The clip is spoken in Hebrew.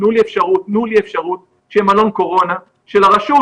תנו לי אפשרות שיהיה מלון קורונה של הרשות.